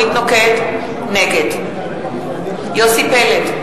נגד יוסי פלד,